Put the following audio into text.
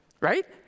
Right